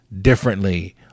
differently